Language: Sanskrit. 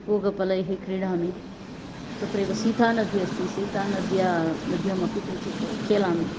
पूगफलैः क्रीडामि तत्रैव सीतानदी अस्ति सीतानद्यां नद्यामपि किञ्चित् खेलानि